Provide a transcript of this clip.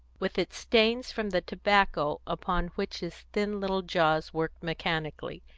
with its stains from the tobacco upon which his thin little jaws worked mechanically,